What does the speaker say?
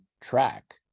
track